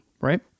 Right